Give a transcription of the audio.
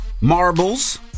marbles